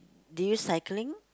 do you cycling